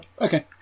Okay